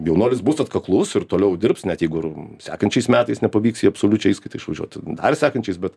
jaunuolis bus atkaklus ir toliau dirbs net jeigu ir sekančiais metais nepavyks į absoliučią įskaitą išvažiuot dar sakančiais bet